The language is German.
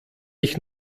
ich